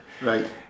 right